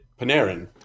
Panarin